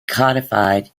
codified